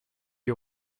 you